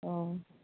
অ